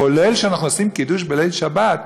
כולל כשאנחנו עושים קידוש בליל שבת,